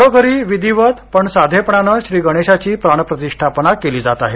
घरोघरीही विधीवत पण साधेपणानं श्री गणेशांची प्राणप्रतिष्ठापना केली जात आहे